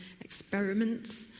experiments